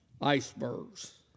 icebergs